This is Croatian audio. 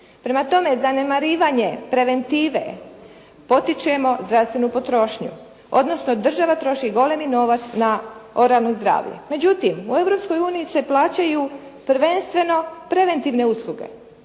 Prema tome, zanemarivanje preventive potičemo zdravstvenu potrošnju, odnosno država troši golemi novac na oralno zdravlje. Međutim, u Europskoj uniji se plaćaju prvenstveno preventivne usluge,